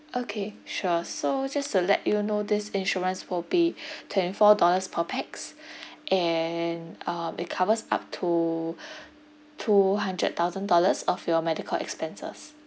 okay sure so just to let you know this insurance would be twenty four dollars per pax and uh it covers up to two hundred thousand dollars off your medical expenses